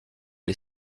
les